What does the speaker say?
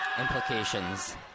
implications